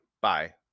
bye